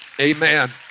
Amen